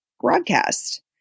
broadcast